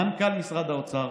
מנכ"ל משרד האוצר,